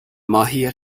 ماهی